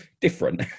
different